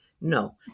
No